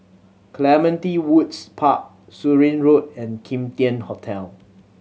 Clementi Woods Park Surin Road and Kim Tian Hotel